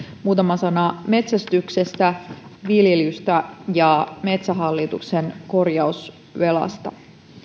muutama sana metsästyksestä viljelystä ja metsähallituksen korjausvelasta